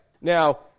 Now